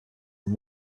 and